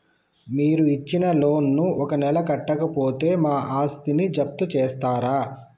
మీరు ఇచ్చిన లోన్ ను ఒక నెల కట్టకపోతే మా ఆస్తిని జప్తు చేస్తరా?